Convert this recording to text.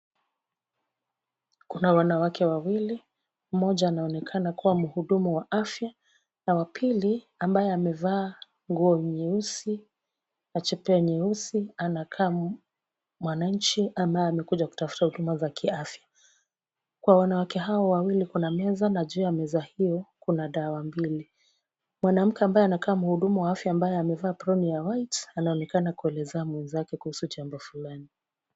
Kuna wanawake wawili, mmoja anaonekana kuwa muhudumu wa afya, na wa pili ambaye amevaa nguo nyeusi na chepea nyeusi ana kaa mwananchi ambaye amekuja kutafuta huduma za kiafya. Kwa wanawake hao wawili kuna meza na juu ya meza hiyo kuna dawa mbili, mwanamke ambaye anakaa hudumu wa afya ambaye amevaa pronia white anaonekana kuelezea mwenzake kuhusu jambo fulani.